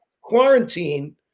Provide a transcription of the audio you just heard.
quarantine